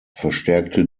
verstärkte